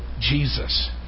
Jesus